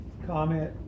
comment